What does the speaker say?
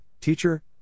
Teacher